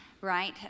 right